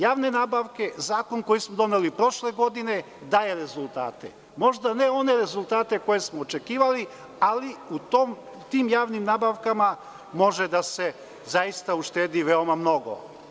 Javne nabavke, zakon koji smo doneli prošle godine daje rezultate, možda ne one rezultate koje smo očekivali, ali u tim javnim nabavkama može da se zaista uštedi veoma mnogo.